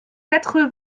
quatre